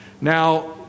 Now